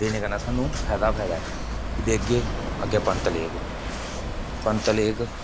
देने कन्नै सानूं फायदा गै फायदा ऐ कि देगे अग्गें पंत लेग पंत लेग